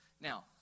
Now